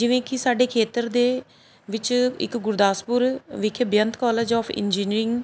ਜਿਵੇਂ ਕਿ ਸਾਡੇ ਖੇਤਰ ਦੇ ਵਿੱਚ ਇੱਕ ਗੁਰਦਾਸਪੁਰ ਵਿਖੇ ਬੇਅੰਤ ਕੋਲਜ ਓਫ ਇੰਜੀਨੀਅਰਿੰਗ